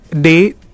day